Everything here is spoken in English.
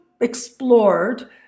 explored